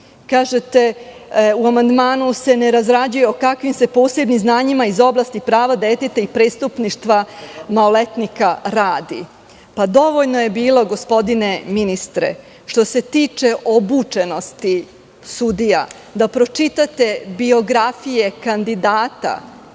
Kažete – u amandmanu se ne razrađuje o kakvim se posebnim znanjima iz oblasti prava deteta i prestupništva maloletnika radi. Dovoljno je bilo, gospodine ministre, što se tiče obučenosti sudija da pročitate biografije kandidata